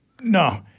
No